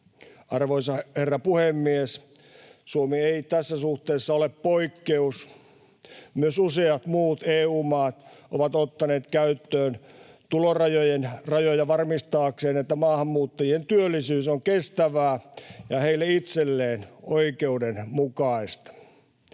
Arvoisa herra puhemies! Suomi ei tässä suhteessa ole poikkeus. Myös useat muut EU-maat ovat ottaneet käyttöön tulorajoja varmistaakseen, että maahanmuuttajien työllisyys on kestävää ja heille itselleen oikeudenmukaista.